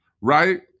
Right